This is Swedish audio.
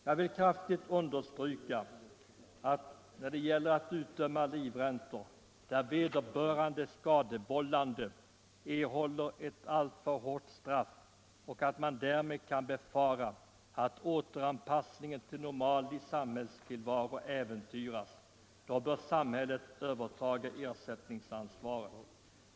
Jag vill kraftig understryka att när det gäller utdömda livräntor, varigenom vederbörande skadevållande erhåller ett alltför hårt straff och man därmed kan befara att återanpassningen till en normal samhällstillvaro äventyras, bör samhället övertaga ersättningsansvaret.